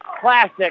classic